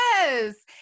yes